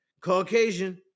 Caucasian